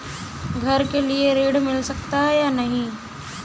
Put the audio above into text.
घर के लिए ऋण मिल सकता है या नहीं?